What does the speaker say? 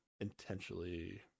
intentionally